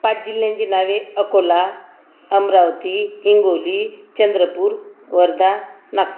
पाच जिल्ह्यांची नावे अकोला अमरावती हिंगोली चंद्रपूर वर्धा नागपूर